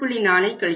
4ஐ கழிக்கவும்